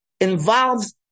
involves